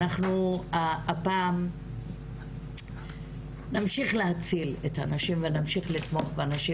אז אנחנו הפעם נמשיך להציל את הנשים ונמשיך לתמוך בנשים